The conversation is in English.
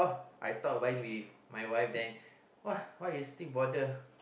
I thought by the way my wife then !wah! why you still bother